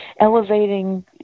elevating